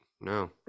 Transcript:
No